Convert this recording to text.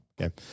Okay